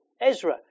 Ezra